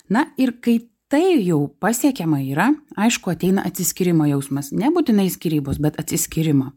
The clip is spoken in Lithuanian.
na ir kai tai jau pasiekiama yra aišku ateina atsiskyrimo jausmas nebūtinai skyrybos bet atsiskyrimo